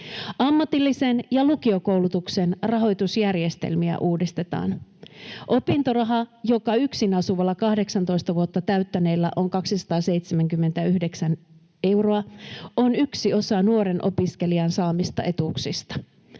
Ammatillisen ja lukiokoulutuksen rahoitusjärjestelmiä uudistetaan. Opintoraha, joka yksin asuvalla 18 vuotta täyttäneellä on 279 euroa, on yksi osa nuoren opiskelijan saamista etuuksista.